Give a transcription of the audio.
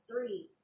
three